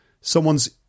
someone's